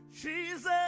Jesus